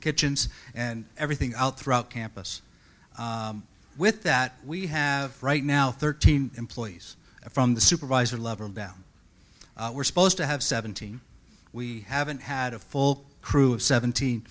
kitchens and everything out throughout campus with that we have right now thirteen employees from the supervisor love about we're supposed to have seventeen we haven't had a full crew of seventeen